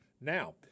now